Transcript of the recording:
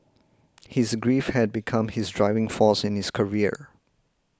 his grief had become his driving force in his career